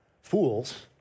fools